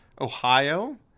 Ohio